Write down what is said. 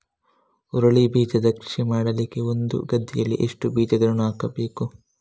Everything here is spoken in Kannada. ಹುರುಳಿ ಬೀಜದ ಕೃಷಿ ಮಾಡಲಿಕ್ಕೆ ಒಂದು ಗದ್ದೆಯಲ್ಲಿ ಎಷ್ಟು ಬೀಜಗಳನ್ನು ಹಾಕಬೇಕು?